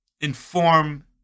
inform